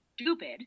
stupid